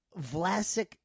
Vlasic